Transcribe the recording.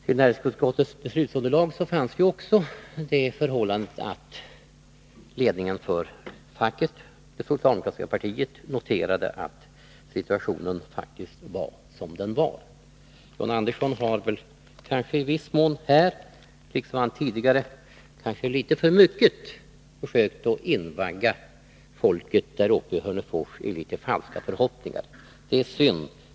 Till näringsutskottets beslutsunderlag skall också läggas det förhållandet att ledningen för facket, det socialdemokratiska partiet, noterade att situationen faktiskt var som den var. John Andersson har kanske i viss mån, nu liksom tidigare, försökt att litet för mycket invagga folket uppe i Hörnefors i falska förhoppningar. Det är synd.